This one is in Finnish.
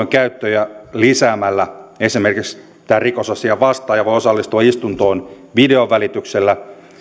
näitten videoneuvottelujen käyttöä lisäämällä esimerkiksi rikosasian vastaaja voi osallistua istuntoon videon välityksellä